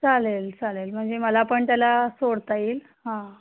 चालेल चालेल म्हणजे मला पण त्याला सोडता येईल हां